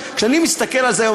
כשאני מסתכל על זה היום,